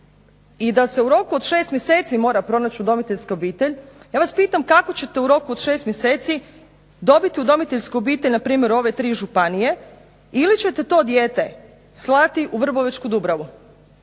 i da se u roku od 6 mjeseci mora pronaći udomiteljska obitelj ja vas pitam kako ćete u roku od 6 mjeseci dobiti udomiteljsku obitelj npr. u ove 3 županije ili ćete to dijete slati u Vrbovečku Dubravu?